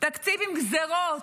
תקציב עם גזרות,